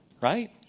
Right